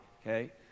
okay